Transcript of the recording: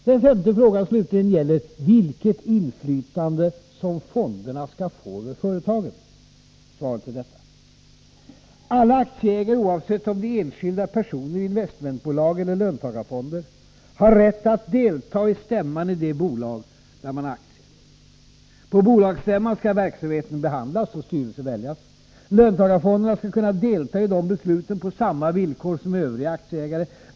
Den femte frågan, slutligen, gäller vilket inflytande som fonderna skall få över företagen. Svaret är detta: Alla aktieägare, oavsett om det är enskilda personer, investmentbolag eller löntagarfonder, har rätt att delta i stämman i det bolag där man har aktier. På bolagsstämman skall verksamheten behandlas och styrelse väljas. Löntagarfonderna skall kunna delta i dessa beslut på samma villkor som övriga aktieägare.